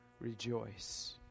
rejoice